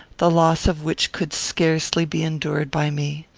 the loss of which could scarcely be endured by me.